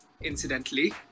incidentally